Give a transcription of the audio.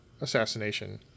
assassination